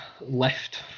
left